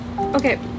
okay